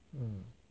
mm